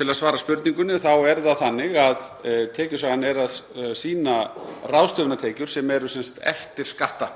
Til að svara spurningunni þá er það þannig að Tekjusagan er að sýna ráðstöfunartekjur sem eru eftir skatta.